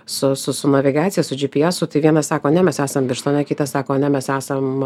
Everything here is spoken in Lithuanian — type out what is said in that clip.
su su navigacija su dži pi esu tai vienas sako ne mes esam birštone kitas sako ne mes esam